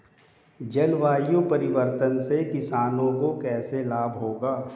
जलवायु परिवर्तन से किसानों को कैसे लाभ होगा?